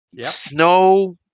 Snow